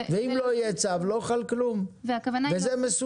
זה אמור